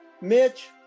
mitch